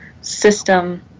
system